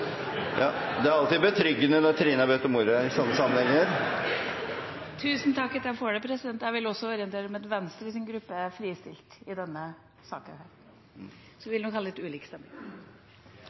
Det er alltid betryggende når Trine har bedt om ordet i sånne sammenhenger. Tusen takk for at jeg får det, president. Jeg vil orientere om at også Venstres gruppe er fristilt i denne saken. Så vi vil nok ha litt